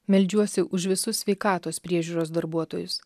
meldžiuosi už visus sveikatos priežiūros darbuotojus